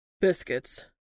Biscuits